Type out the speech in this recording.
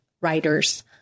Writers